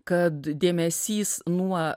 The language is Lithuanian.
kad dėmesys nuo